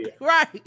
right